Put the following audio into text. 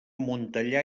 montellà